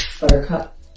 buttercup